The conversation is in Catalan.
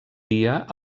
dia